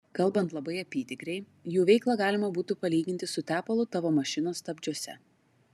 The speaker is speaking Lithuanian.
kalbant labai apytikriai jų veiklą galima būtų palyginti su tepalu tavo mašinos stabdžiuose